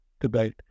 debate